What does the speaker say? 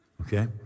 okay